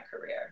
career